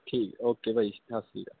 ਠੀਕ ਓਕੇ ਭਾਅ ਜੀ ਸਤਿ ਸ਼੍ਰੀ ਅਕਾਲ